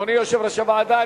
אדוני יושב-ראש הוועדה,